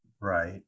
Right